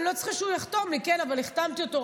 אני לא צריכה שהוא יחתום לי אבל החתמתי אותו,